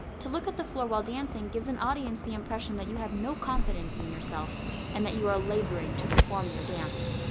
to look at the floor while dancing gives an audience the impression that you have no confidence in yourself and that you are laboring to perform your dance.